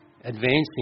Advancing